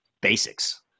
basics